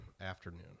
afternoon